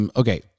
okay